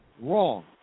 wrong